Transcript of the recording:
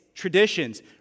traditions